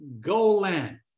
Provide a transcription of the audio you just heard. Golan